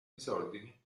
disordini